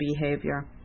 behavior